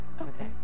Okay